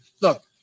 Look